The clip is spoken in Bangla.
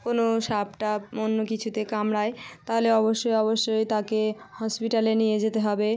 কোনো সাপ টাপ অন্য কিছুতে কামড়ায় তাহলে অবশ্যই অবশ্যই তাকে হসপিটালে নিয়ে যেতে হবে